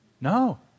No